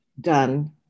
done